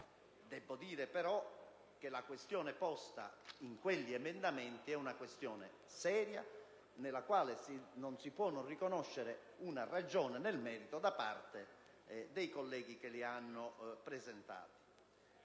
sottolineare che la questione posta in quegli emendamenti era seria: una questione nella quale non si può non riconoscere una ragione nel merito da parte dei colleghi che li hanno presentati.